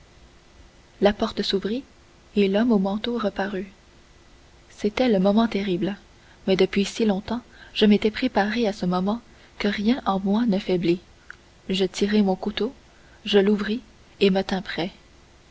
la porte s'ouvrit et l'homme au manteau reparut c'était le moment terrible mais depuis si longtemps je m'étais préparé à ce moment que rien en moi ne faiblit je tirai mon couteau je l'ouvris et je me tins prêt